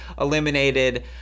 eliminated